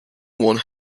one